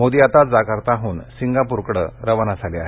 मोदी आता जकार्ताहून सिंगापूरकडे रवाना झाले आहेत